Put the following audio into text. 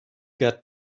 got